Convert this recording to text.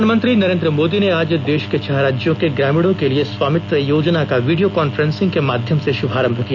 प्रधानमंत्री नरेंद्र मोदी ने आज देश के छह राज्यों के ग्रामीणों के लिए स्वामित्व योजना का वीडियो कॉन्फ्रेंसिंग के माध्यम से श्रभारंभ किया